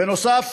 בנוסף,